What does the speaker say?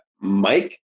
Mike